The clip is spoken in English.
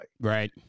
Right